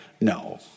no